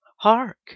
Hark